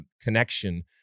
connection